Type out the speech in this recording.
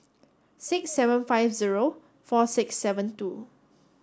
six seven five zero four six seven two